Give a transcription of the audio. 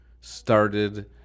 started